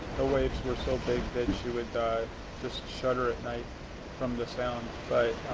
the waves were so big that she would just shudder at night from the sound, but